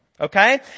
Okay